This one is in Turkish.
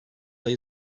ayı